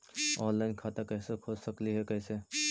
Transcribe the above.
Online खाता कैसे खोल सकली हे कैसे?